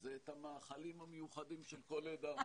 זה את המאכלים המיוחדים של כל עדה.